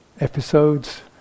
episodes